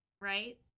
right